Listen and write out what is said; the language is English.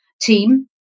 team